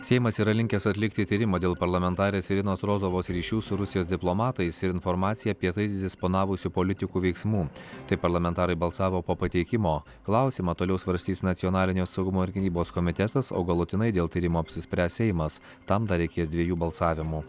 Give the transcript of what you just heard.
seimas yra linkęs atlikti tyrimą dėl parlamentarės irinos rozovos ryšių su rusijos diplomatais ir informacija apie tai disponavusių politikų veiksmų taip parlamentarai balsavo po pateikimo klausimą toliau svarstys nacionalinio saugumo ir gynybos komitetas o galutinai dėl tyrimo apsispręs seimas tam dar reikės dviejų balsavimų